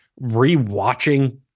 Rewatching